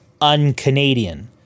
un-Canadian